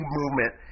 movement